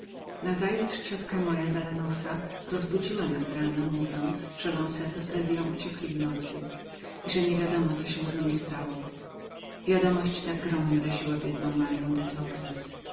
nazajutrz ciotka moja dalanosa rozbudziła nas rano mówiąc że lonzeto i elwira uciekli w nocy i że niewiedziano co się z niemi stało wiadomość ta gromem raziła biedną maryę